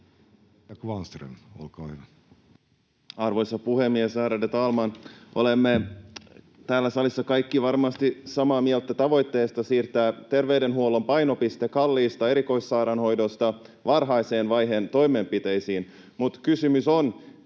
Arvoisa puhemies, ärade talman! Olemme täällä salissa kaikki varmasti samaa mieltä tavoitteesta siirtää terveydenhuollon painopistettä kalliista erikoissairaanhoidosta varhaisen vaiheen toimenpiteisiin, mutta kysymys on,